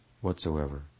whatsoever